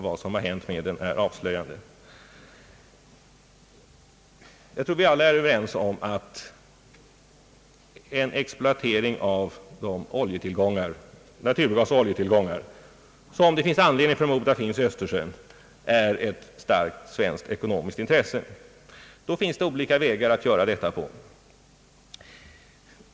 Jag tror att vi alla är överens om att en exploatering av de tillgångar på olja och naturgas som sannolikt finns i Östersjön är ett starkt svenskt ekonomiskt intresse. Det finns olika vägar att göra detta på.